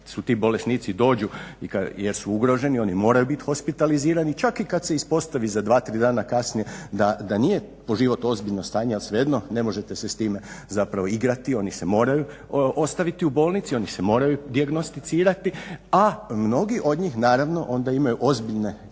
ti bolesnici dođu jer su ugroženi, oni moraju bit hospitalizirani. Čak i kad se ispostavi za dva, tri dana kasnije da nije po život ozbiljno stanje, ali svejedno ne možete se s time zapravo igrati, oni se moraju ostati u bolnici, oni se moraju dijagnosticirati, a mnogi od njih naravno imaju ozbiljne zdravstvene